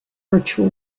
virtual